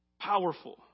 Powerful